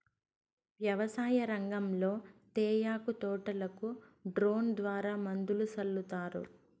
వ్యవసాయ రంగంలో తేయాకు తోటలకు డ్రోన్ ద్వారా మందులు సల్లుతారు